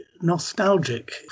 nostalgic